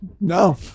No